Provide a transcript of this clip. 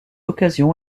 occasion